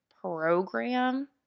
program